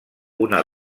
una